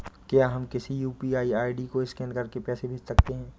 क्या हम किसी यू.पी.आई आई.डी को स्कैन करके पैसे भेज सकते हैं?